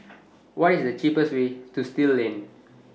What IS The cheapest Way to Still Lane